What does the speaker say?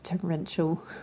torrential